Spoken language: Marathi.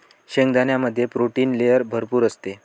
शेंगदाण्यामध्ये प्रोटीन लेयर भरपूर असते